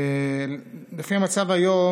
לפי המצב היום,